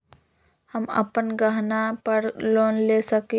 हम अपन गहना पर लोन ले सकील?